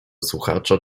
słuchacza